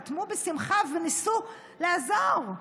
חתמו בשמחה וניסו לעזור.